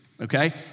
okay